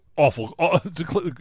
Awful